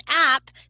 app